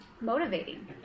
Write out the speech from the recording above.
motivating